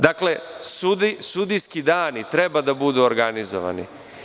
Dakle, sudijski dani treba da budu organizovani.